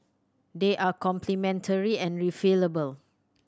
they are complementary and refillable